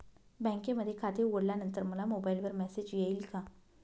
बँकेमध्ये खाते उघडल्यानंतर मला मोबाईलवर मेसेज येईल का?